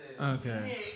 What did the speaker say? Okay